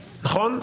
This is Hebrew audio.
נכון?